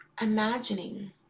imagining